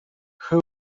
who